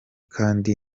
kandi